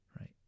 right